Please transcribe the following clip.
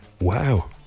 Wow